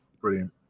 Brilliant